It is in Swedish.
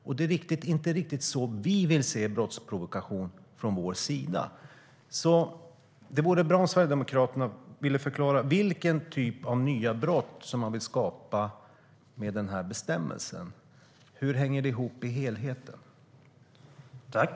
Det är inte riktigt så vi från vår sida vill se brottsprovokation.